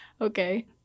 Okay